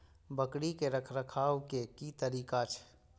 बकरी के रखरखाव के कि तरीका छै?